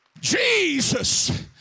Jesus